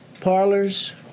parlors